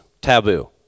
taboo